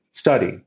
study